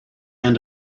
end